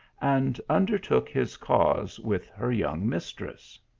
and undertook his cause with her young mistress.